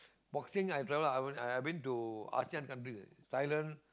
boxing I travel other I've been to Asean country Thailand